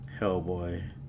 Hellboy